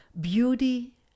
beauty